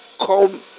come